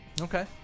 Okay